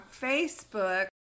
Facebook